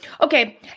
Okay